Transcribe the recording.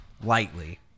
lightly